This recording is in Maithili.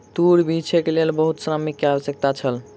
तूर बीछैक लेल बहुत श्रमिक के आवश्यकता छल